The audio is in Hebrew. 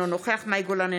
אינו נוכח מאי גולן,